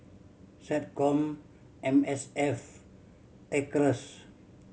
SecCom M S F Acres